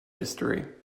history